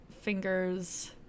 fingers